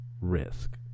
risk